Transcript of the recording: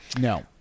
no